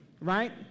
right